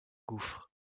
gouffre